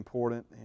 important